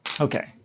Okay